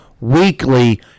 weekly